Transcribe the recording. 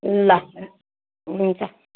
ल हुन्छ